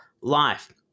life